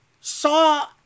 saw